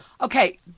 Okay